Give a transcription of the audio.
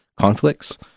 conflicts